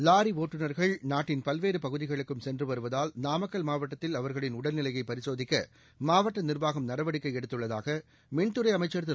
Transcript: lorry ஒட்டுநர்கள் நாட்டின் பல்வேறு பகுதிகளுக்கு சென்று வருவதால் நாமக்கல் மாவட்டத்தில் அவர்களின் உடல்நிலையை பரிசோதிக்க மாவட்ட நிர்வாகம் நடவடிக்கை எடுத்துள்ளதாக மின்துறை அமைச்சர் திரு